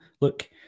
look